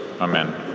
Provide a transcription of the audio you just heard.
amen